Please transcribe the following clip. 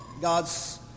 God's